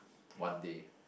one day